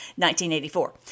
1984